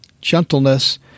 gentleness